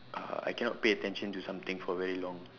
uh I cannot pay attention to something for very long